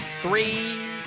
Three